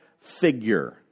figure